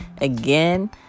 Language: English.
Again